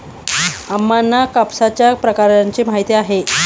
अम्मांना कापसाच्या प्रकारांची माहिती आहे